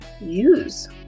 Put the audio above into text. use